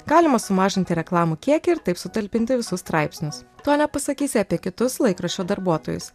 galima sumažinti reklamų kiekį ir taip sutalpinti visus straipsnius to nepasakysi apie kitus laikraščio darbuotojus